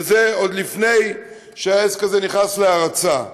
וזה עוד לפני שהעסק הזה נכנס להרצה.